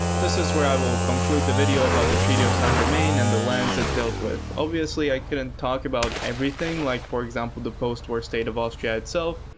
this is where i will conclude the video about the treaty of saint germain and the lands it dealt with. obviously i couldn't talk about everything like for example the post war state of austria itself,